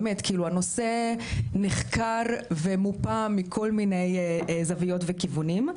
באמת כאילו הנושא נחקר ומופה מכל מיני זוויות וכיוונים.